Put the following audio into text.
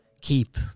keep